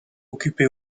occupé